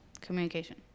Communication